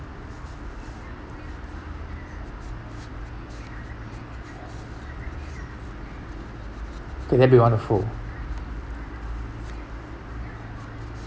okay that'll be wonderful